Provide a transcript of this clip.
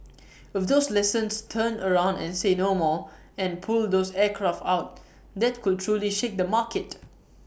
if those lessons turn around and say 'no more' and pull those aircraft out that could truly shake the market